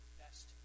best